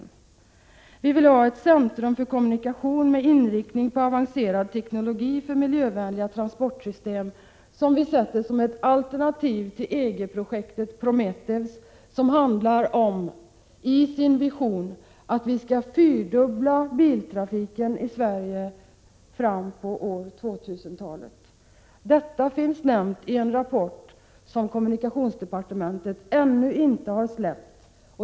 Vi vill ha ett centrum för kommunikation med inriktning på avancerad teknologi för miljövänliga transportsystem, som vi sätter som ett alternativ till EG-projektet Prometeus, som i sin vision handlar om att vi skall fyrdubbla biltrafiken i Sverige fram på 2000-talet. Detta nämns i en rapport som kommunikationsdepartementet ännu inte har släppt.